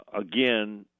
again